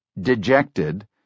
dejected